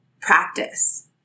practice